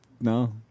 No